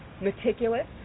meticulous